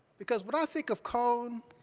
because when i think of cone,